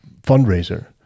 fundraiser